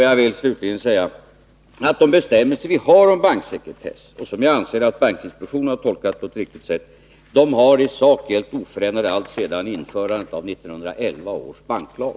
Jag vill slutligen säga att de bestämmelser vi har om banksekretess — och som jag anser att bankinspektionen har tolkat på ett riktigt sätt — i sak har gällt oförändrade alltsedan införandet av 1911 års banklag.